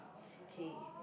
okay